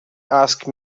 asked